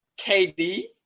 KD